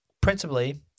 principally